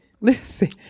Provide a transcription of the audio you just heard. Listen